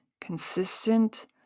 consistent